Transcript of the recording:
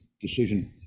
decision